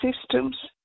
systems